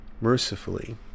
mercifully